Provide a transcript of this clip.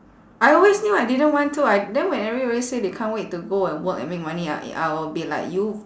I always knew I didn't want to I then when everybody say they can't wait to go and work and make money I I'll be like you